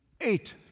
eight